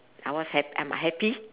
I was hap~ I'm happy